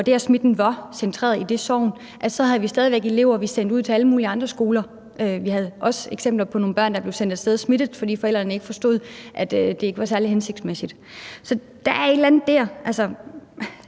smitten var centreret, så havde vi stadig væk elever, vi sendte ud til alle mulige andre skoler. Vi havde også eksempler på nogle børn, der blev sendt i skole smittet, fordi forældrene ikke forstod, at det ikke var særlig hensigtsmæssigt. Så der er et eller andet der.